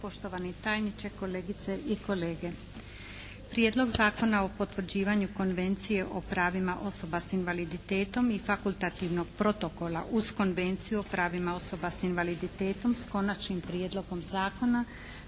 poštovani tajniče, kolegice i kolege. Prijedlog Zakona o potvrđivanju Konvencije o pravima osoba sa invaliditetom i fakultativnog Protokola uz Konvenciju o pravima osoba sa invaliditetom, s Konačnim prijedlogom zakona